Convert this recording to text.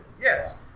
Yes